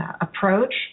approach